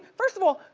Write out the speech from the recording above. first of all,